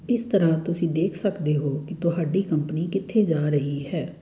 ਇਸ ਤਰ੍ਹਾਂ ਤੁਸੀਂ ਦੇਖ ਸਕਦੇ ਹੋ ਕਿ ਤੁਹਾਡੀ ਕੰਪਨੀ ਕਿੱਥੇ ਜਾ ਰਹੀ ਹੈ